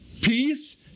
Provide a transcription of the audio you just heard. peace